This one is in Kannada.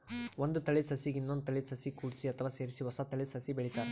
ಒಂದ್ ತಳೀದ ಸಸಿಗ್ ಇನ್ನೊಂದ್ ತಳೀದ ಸಸಿ ಕೂಡ್ಸಿ ಅಥವಾ ಸೇರಿಸಿ ಹೊಸ ತಳೀದ ಸಸಿ ಬೆಳಿತಾರ್